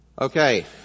okay